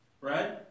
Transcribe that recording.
right